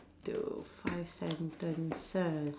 do five sentences